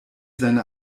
seine